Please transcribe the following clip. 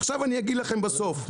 עכשיו אני אגיד לכם בסוף,